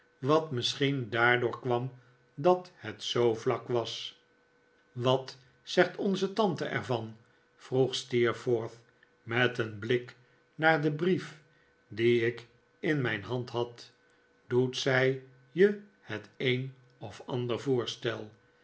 wat misschien daardoor kwam dat het zoo vlak was wat zegt onze tante er van vroeg steerforth met een blik naar den brief dien ik in mijn hand had doet zij je het een of ander voorstel